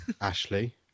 Ashley